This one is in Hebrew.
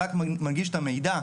אני חושב שאפשר גם להסכים,